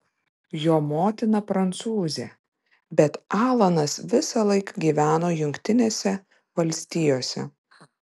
jo motina prancūzė bet alanas visąlaik gyveno jungtinėse valstijose